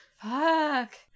Fuck